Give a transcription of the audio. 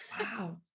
Wow